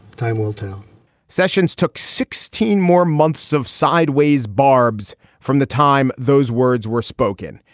time will tell sessions took sixteen more months of sideways barbs from the time those words were spoken.